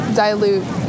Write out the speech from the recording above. dilute